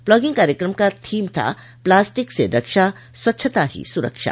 plogging कार्यक्रम का theme था प्लास्टिक से रक्षा स्वच्छता ही सुरक्षा